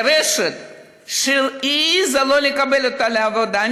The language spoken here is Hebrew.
את הרשת שהעזה שלא לקבל אותה לעבודה.